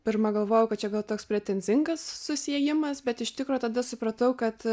pirma galvojau kad čia gal toks pretenzingas susiėjimas bet iš tikro tada supratau kad